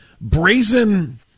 brazen